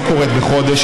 היא לא קורית בחודש,